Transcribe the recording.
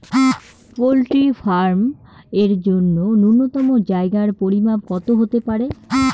Poultry farm এর জন্য নূন্যতম জায়গার পরিমাপ কত হতে পারে?